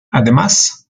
además